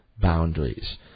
boundaries